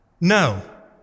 No